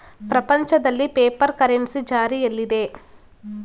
ಪ್ರಪಂಚದಲ್ಲಿ paper currency ಜಾರಿಯಲ್ಲಿದೆ